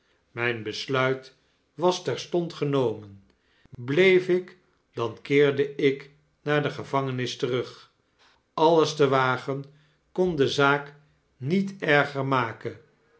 mjjn besluit was terstond genomen bleef ik dan keerde ik naar de gevangenis terug alles te wagen kon de zaak niet erger maken